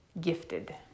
gifted